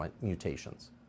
mutations